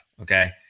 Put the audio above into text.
okay